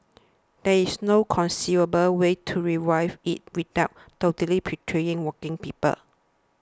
there is no conceivable way to revive it without totally betraying working people